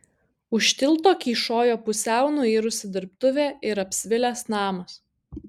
už tilto kyšojo pusiau nuirusi dirbtuvė ir apsvilęs namas